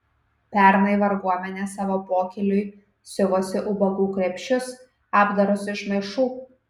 pernai varguomenė savo pokyliui siuvosi ubagų krepšius apdarus iš maišų